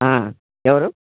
ఆ ఎవరు